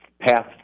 path